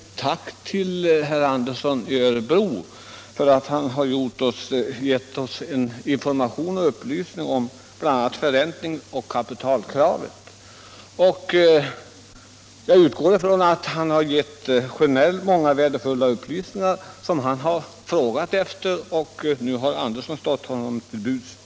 Herr talman! Jag vill först framföra ett tack till herr Andersson i Örebro för att han har gett oss information om bl.a. förräntningsoch kapi talkravet. Jag utgår även från att han också gett herr Sjönell många värdefulla upplysningar och svar på hans frågor.